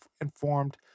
informed